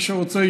מי שרוצה,